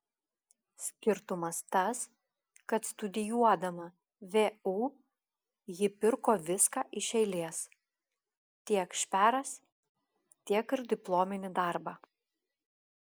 skirtumas tas kad studijuodama vu ji pirko viską iš eilės tiek šperas tiek ir diplominį darbą